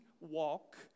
walk